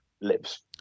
lives